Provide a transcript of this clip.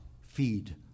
feed